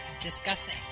discussing